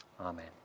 Amen